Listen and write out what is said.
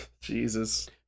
Jesus